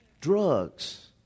drugs